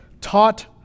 taught